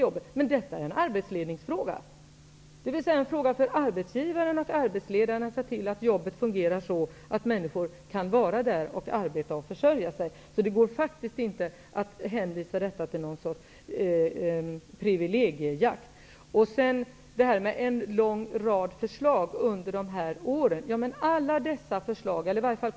Detta är emellertid en arbetsledningsfråga. Det är en fråga för arbetsgivaren och arbetsledaren att se till att jobbet fungerar så att människor kan vistas på arbetsplatsen, kan arbeta där och kan försörja sig. Det går faktiskt inte att hänvisa till ett slags privilegiejakt. Sonja Rembo säger vidare att Moderaterna har lagt fram en lång rad förslag under de här åren.